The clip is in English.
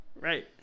Right